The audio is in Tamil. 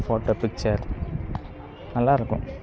ஃபோட்டோ பிக்சர் நல்லா இருக்கும்